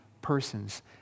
persons